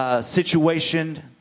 situation